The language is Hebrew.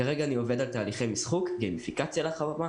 כרגע אני עובד על תהליכי משחוק גיימיפיקציה לחממה,